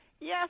Yes